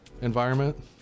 environment